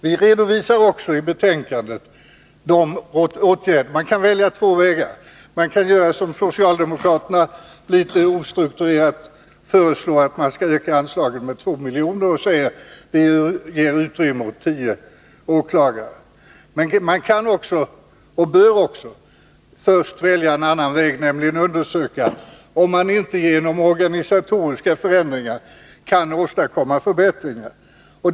Vi redovisar också i betänkandet lämpliga åtgärder. Man kan välja mellan två vägar. Man kan förfara som socialdemokraterna gör och "tet ostrukturerat föreslå att man skall öka anslagen med 2 milj.kr. och säga att detta ger utrymme för ytterligare tio åklagare. Man kan också — och bör — välja en annan väg och först undersöka om man inte genom organisatoriska förändringar kan åstadkomma förbättringar.